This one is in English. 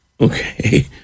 okay